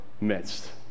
midst